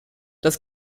das